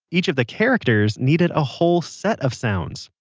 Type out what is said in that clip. each of the characters needed a whole set of sounds,